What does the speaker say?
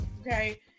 Okay